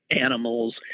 animals